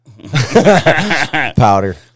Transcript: Powder